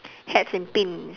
hats and pins